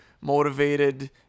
motivated